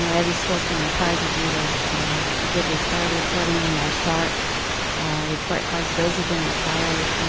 you know every school's been required to do those good repair reporting in their sarc report cards. those have been required,